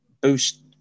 boost